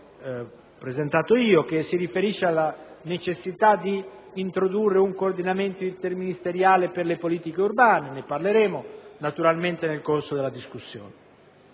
me presentato che si riferisce alla necessità di introdurre un Coordinamento interministeriale per le politiche urbane, di cui parleremo naturalmente nel corso della discussione.